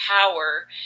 power